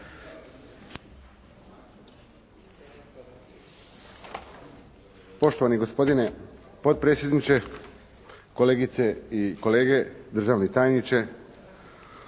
Poštovani gospodine potpredsjedniče, kolegice i kolege, državni tajniče.